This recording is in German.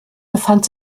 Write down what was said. befand